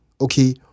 okay